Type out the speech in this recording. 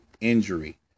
injury